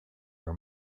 her